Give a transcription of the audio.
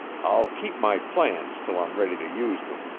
i'll keep my plans till i'm ready to use them.